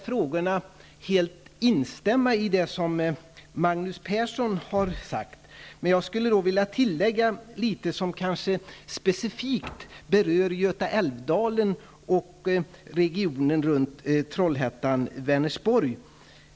Jag kan helt instämma i det Magnus Persson har sagt i dessa frågor, men jag skulle vilja tillägga något som kanske specifikt berör Göta älv-dalen och regionen runt Trollhättan--Vänersborg.